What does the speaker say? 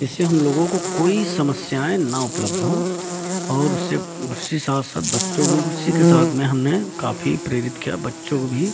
इससे हम लोगों को कोई समस्याएं ना उपलब्ध हो और उससे उससे साथ साथ बच्चों को उसी के साथ में हमने काफ़ी प्रेरित किया बच्चों को भी